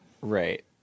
Right